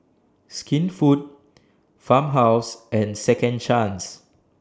Skinfood Farmhouse and Second Chance